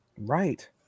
right